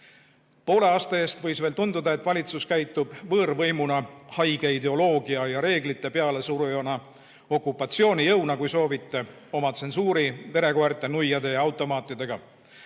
Poole aasta eest võis tunduda, et valitsus käitub võõrvõimuna, haige ideoloogia ja reeglite pealesurujana, kui soovite, okupatsioonijõuna oma tsensuuri, verekoerte, nuiade ja automaatidega.